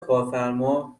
کارفرما